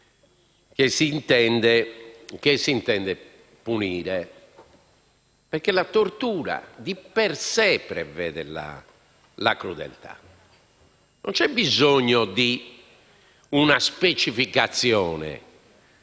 che si intende punire. La tortura di per sé prevede la crudeltà. Non c'è bisogno di una specificazione.